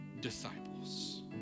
disciples